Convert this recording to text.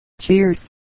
Cheers